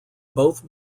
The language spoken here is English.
both